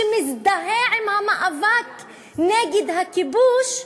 שמזדהה עם המאבק נגד הכיבוש,